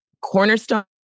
cornerstone